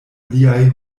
liaj